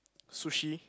sushi